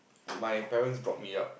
my parents brought me up